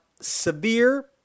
severe